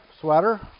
sweater